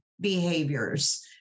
behaviors